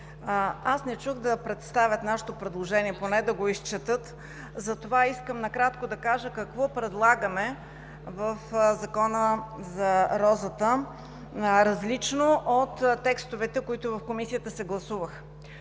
Аз не чух да представят нашето предложение, поне да го изчетат, затова искам накратко да кажа какво предлагаме в Закона за розата, различно от текстовете, които се гласуваха